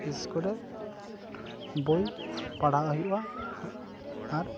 ᱵᱤᱥᱮᱥ ᱠᱚᱨᱮ ᱵᱳᱭ ᱯᱟᱲᱦᱟᱜ ᱦᱩᱭᱩᱜᱼᱟ ᱟᱨ